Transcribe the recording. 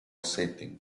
setting